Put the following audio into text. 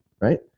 right